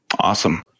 Awesome